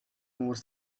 more